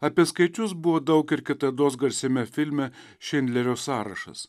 apie skaičius buvo daug ir kitados garsiame filme šindlerio sąrašas